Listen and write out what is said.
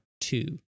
two